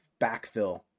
backfill